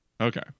okay